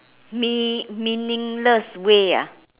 mea~ meaningless way ah